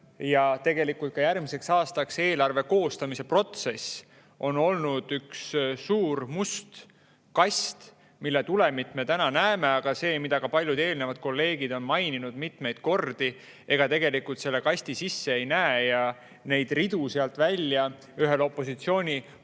ja tegelikult ka järgmise aasta eelarve koostamise protsess on olnud üks suur must kast, mille tulemit me täna näeme. Aga nagu paljud eelnevad kolleegid on maininud mitmeid kordi, ega tegelikult selle kasti sisse ei näe. Neid ridu sealt ühel opositsioonipoliitikul